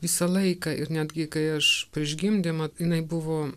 visą laiką ir netgi kai aš prieš gimdymą jinai buvo